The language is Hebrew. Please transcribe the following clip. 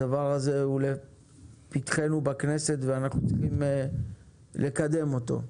הדבר הזה הוא לפתחנו בכנסת ואנחנו צריכים לקדם אותו.